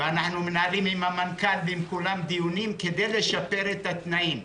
מנהלים דיונים עם המנכ"ל ועם כולם כדי לשפר את התנאים.